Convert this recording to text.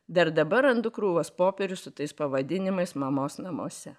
dar dabar randu krūvas popierių su tais pavadinimais mamos namuose